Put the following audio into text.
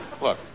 Look